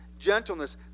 gentleness